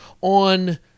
on